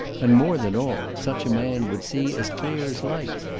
and more than all, such a man would see as clear as light,